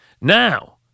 Now